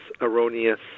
erroneous